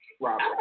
Robert